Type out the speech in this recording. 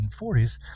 1940s